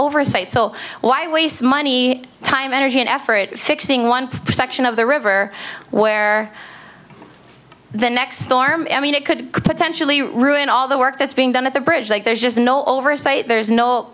oversight so why waste money time energy and effort fixing one section of the river where the next storm i mean it could potentially ruin all the work that's being done at the bridge like there's just no oversight there's no